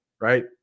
right